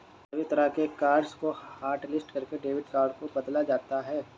सभी तरह के कार्ड्स को हाटलिस्ट करके डेबिट कार्ड को बदला जाता है